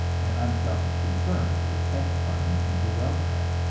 and unselfish concern for the sex-partner and her welfare.